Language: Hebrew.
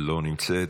לא נמצאת.